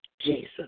Jesus